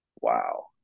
Wow